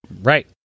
Right